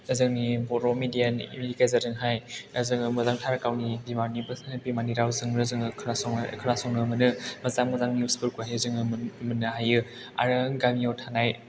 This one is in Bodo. जोंनि बर' मिदियानि गेजेरजोंहाय ओ जों मोजांथार गावनि बिमानि रावजोंनो जों खोनासंनो मोनो मोजां मोजां निउसफोरखौहाय जों मोननो हायो आरो गामियाव थानाय